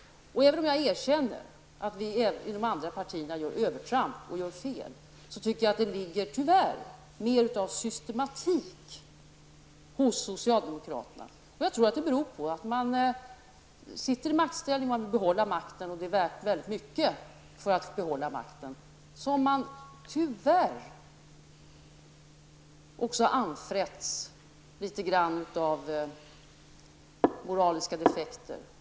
Även om jag erkänner att också vi i de andra partierna gör övertramp och gör fel, tycker jag tyvärr att det finns mer av systematik hos socialdemokraterna. Jag tror att det beror på att det är när man sitter i maktställning och är väldigt mycket för att behålla makten som man tyvärr blir litet grand anfrätt av moraliska defekter.